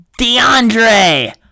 DeAndre